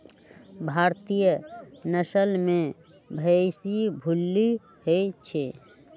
भारतीय नसल में भइशी भूल्ली होइ छइ